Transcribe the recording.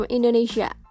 Indonesia